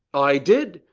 i did.